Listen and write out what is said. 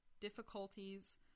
difficulties